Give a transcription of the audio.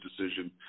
decision